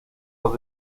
los